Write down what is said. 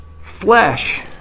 Flesh